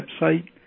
website